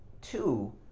Two